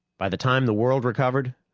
by the time the world recovered,